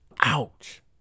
Ouch